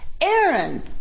Aaron